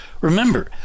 Remember